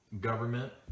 government